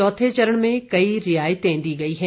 चौथे चरण में कई रियायत दी गयी हैं